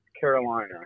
Carolina